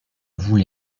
avoue